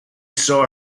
saw